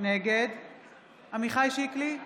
נגד עמיחי שיקלי,